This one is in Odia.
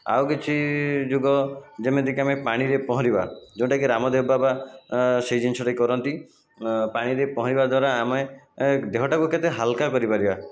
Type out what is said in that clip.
ଆଉ କିଛି ଯୋଗ ଯେମିତିକି ଆମେ ପାଣିରେ ପହଁରିବା ଯେଉଁଟାକି ରାମଦେବ ବାବା ସେଇ ଜିନିଷଟି କରନ୍ତି ପାଣିରେ ପହଁରିବା ଦ୍ଵାରା ଆମେ ଦେହଟାକୁ କେତେ ହାଲକା କରିପାରିବା